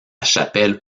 chapelle